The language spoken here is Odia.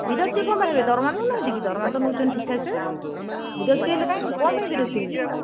ବିରକ୍ତି କ'ଣ ପାଇଁ ହେବେ ଦରମା ନେଉନାହାନ୍ତି କି ଦରମା ତ ନେଉଛନ୍ତି ଠିକ ଠାକସେ ବିରକ୍ତି ହେଲେ କାହିଁକି କ'ଣ ପାଇଁ ବିରକ୍ତି ହେବେ